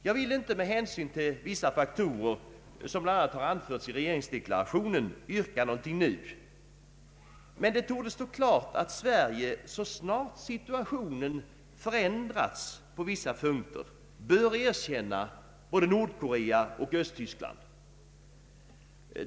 Jag vill inte med hänsyn till vissa faktorer som bl.a. har anförts i regeringsdeklarationen yrka någonting nu, men det torde stå klart att Sverige, så snart situationen förändrats på vissa punkter, bör erkänna både Nordkorea och öÖsttyskland.